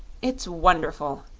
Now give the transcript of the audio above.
it's wonderful!